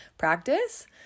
Practice